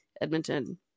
Edmonton